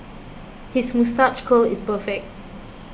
his moustache curl is perfect